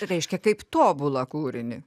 reiškia kaip tobulą kūrinį